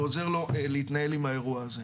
ועוזר לו להתנהל עם האירוע הזה.